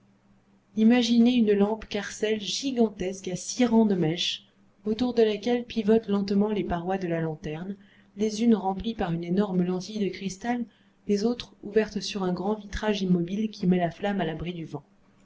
imaginez une lampe carcel gigantesque à six rangs de mèches autour de laquelle pivotent lentement les parois de la lanterne les unes remplies par une énorme lentille de cristal les autres ouvertes sur un grand vitrage immobile qui met la flamme à l'abri du vent